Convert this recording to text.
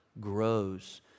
grows